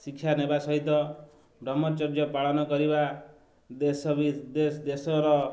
ଶିକ୍ଷା ନେବା ସହିତ ବ୍ରହ୍ମଚର୍ଯ୍ୟ ପାଳନ କରିବା ଦେଶ ବିଦେଶ ଦେଶର